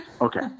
Okay